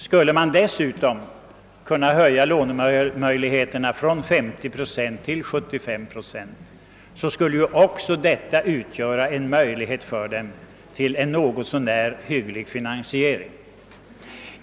Skulle man dessutom kunna höja lånemöjligheterna från 50 procent till 75 procent, skulle detta utgöra en möjlighet för dem till en något så när hygglig finansiering.